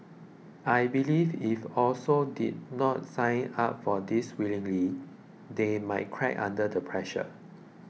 I believe if also did not sign up for this willingly they might crack under the pressure